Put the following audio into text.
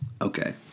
Okay